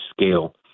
scale